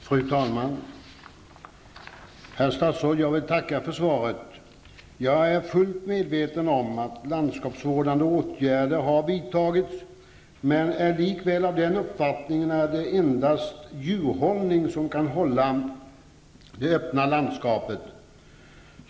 Fru talman! Herr statsråd, jag vill tacka för svaret. Jag är fullt medveten om att landskapsvårdande åtgärder har vidtagits men är likväl av den uppfattningen att endast djurhållning kan hålla landskapet öppet.